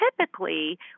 typically